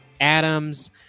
Adams